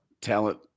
talent